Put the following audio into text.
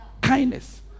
kindness